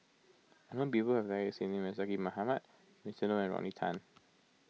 I know people who have the exact name as Zaqy Mohamad Winston Oh and Rodney Tan